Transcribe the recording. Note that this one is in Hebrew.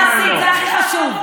נאום, זה הכי חשוב.